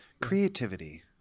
Creativity